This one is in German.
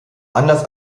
anders